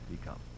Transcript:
become